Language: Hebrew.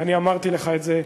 ואני אמרתי לך את זה,